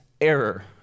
error